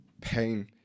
pain